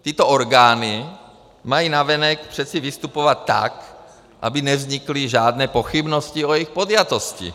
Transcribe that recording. Tyto orgány mají navenek přece vystupovat tak, aby nevznikly žádné pochybnosti o jejich podjatosti.